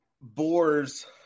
boars